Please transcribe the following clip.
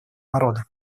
народа